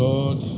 Lord